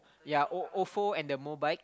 yea O Ofo and the Mobike